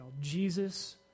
Jesus